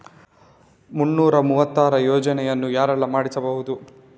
ಮುನ್ನೂರ ಮೂವತ್ತರ ಯೋಜನೆಯನ್ನು ಯಾರೆಲ್ಲ ಮಾಡಿಸಬಹುದು?